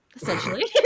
essentially